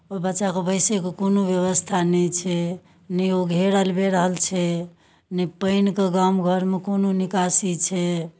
ओहि बच्चाके बैसयके कोनो व्यवस्था नहि छै नहि ओ घेरल बेढ़ल छै नहि पानिके गाम घरमे कोनो निकासी छै